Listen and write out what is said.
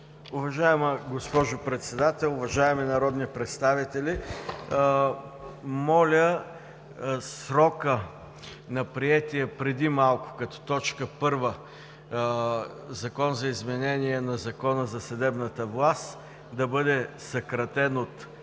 Уважаема госпожо Председател, уважаеми народни представители! Моля срокът на приетия преди малко като точка първа Закон за изменение на Закона за съдебната власт да бъде съкратен от